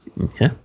Okay